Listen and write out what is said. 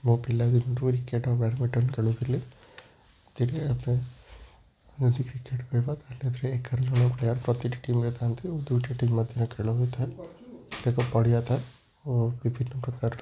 ମୋ ପିଲାଦିନରୁ କ୍ରିକେଟ୍ ଓ ବ୍ୟାଡ଼ମିଣ୍ଟନ୍ ଖେଳୁଥିଲି ଯଦି କ୍ରିକେଟ୍ ଖେଳିବା ତା'ହେଲେ ଏଥିରେ ଏଗାର ଜଣ ପ୍ଲେୟାର୍ ପ୍ରତିଟି ଟିମ୍ରେ ଥାଆନ୍ତି ଏବଂ ଦୁଇଟି ଟିମ୍ ମଧ୍ୟରେ ଖେଳ ହେଇଥାଏ ଏକ ପଡ଼ିଆ ଥାଏ ଓ ବିଭିନ୍ନ ପ୍ରକାରର